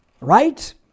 right